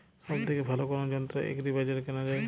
সব থেকে ভালো কোনো যন্ত্র এগ্রি বাজারে কেনা যায়?